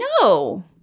No